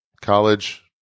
College